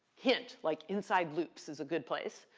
hint, like inside loops is a good place.